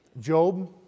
Job